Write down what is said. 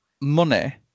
money